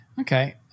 Okay